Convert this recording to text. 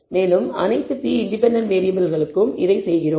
மேலும் அனைத்து p independent வேறியபிள்களுக்கும் இதைச் செய்கிறோம்